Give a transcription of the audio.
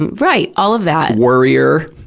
and right, all of that. worrier.